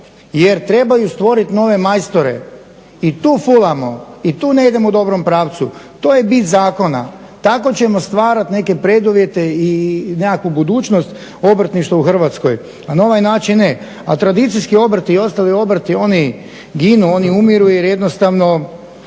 Jer trebaju stvoriti nove majstore, i tu fulamo i tu ne idemo u dobrom pravcu. To je bit zakona. Tako ćemo stvarati neke preduvjete i nekakvu budućnost obrtništva u Hrvatskoj a na ovaj način ne. A tradicijski obrti i ostali obrti oni ginu, oni umiru jer jednostavno